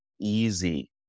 easy